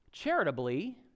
charitably